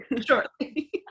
shortly